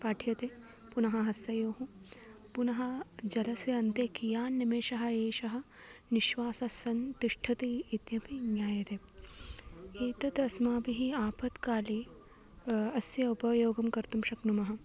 पाठ्यते पुनः हस्तयोः पुनः जलस्य अन्ते कियान् निमेषाः एषः निःश्वासः सन् तिष्ठति इत्यपि ज्ञायते एतद् अस्माभिः आपत्काले अस्य उपयोगं कर्तुं शक्नुमः